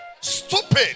Stupid